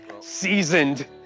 Seasoned